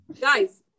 guys